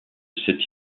cette